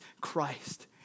Christ